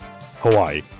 Hawaii